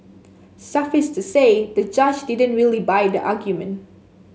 suffice to say the judge didn't really buy the argument